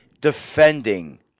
defending